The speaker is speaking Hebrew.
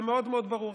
זה מאוד מאוד ברור.